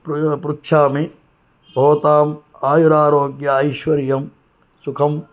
पृच्छामि भवताम् आयुरारोग्य ऐश्वर्यं सुखं